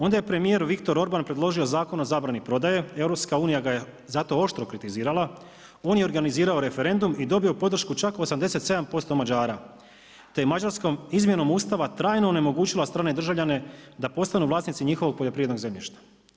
Onda je premijer Viktor Orban predložio zakon o zabrani prodaje, EU ga je za to oštro kritizirala, on je organizirao referendum i dobio podršku čak od 87% Mađara, te je mađarskom izmjenom ustava trajno onemogućila strane državljane da postanu vlasnici njihovog poljoprivrednog zemljišta.